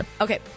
Okay